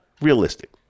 realistic